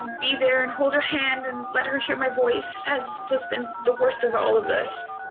um be there and hold her hand and let her hear my voice has just been the worst of all of this.